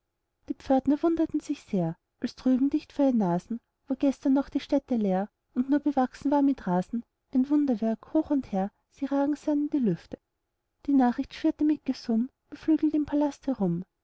die pförtner wunderten sich sehr als drüben dicht vor ihren nasen wo gestern noch die stätte leer und nur bewachsen war mit rasen ein wunderbauwerk hoch und hehr sie ragen sahen in die lüfte die nachricht schwirrte mit gesumm beflügelt im palast herum